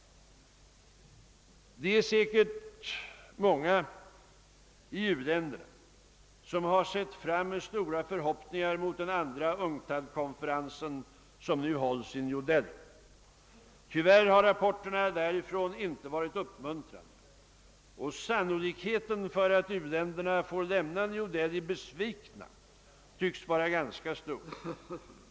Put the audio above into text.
Det är säkert många i u-länderna som har sett fram med stora förhoppningar mot den andra UNCTAD-konferensen som nu hålls i New Delhi. Tyvärr har rapporterna därifrån inte varit uppmuntrande och sannolikheten för att u-länderna får lämna New Delhi besvikna tycks vara ganska stor.